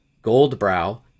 Goldbrow